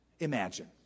Imagine